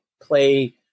play